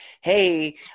hey